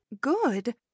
Good